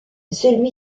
celui